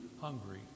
hungry